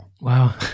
Wow